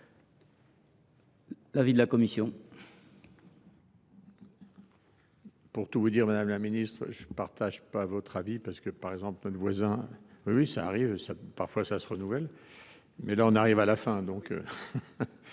l’avis de la commission